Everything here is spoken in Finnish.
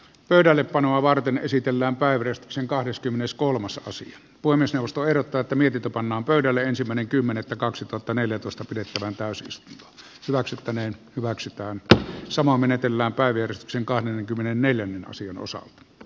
pöydällepanoa varten esitellään päivystyksen kahdeskymmeneskolmas osa poimi sen ostoerät tätä mietitä pannaan pöydälle ensimmäinen kymmenettä kaksituhattaneljätoista pidettävään täysistunto hyväksyttäneen hyväksytään tätä samaa menetelmää päivystyksen kahdenkymmenenneljän asianosa d